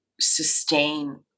sustain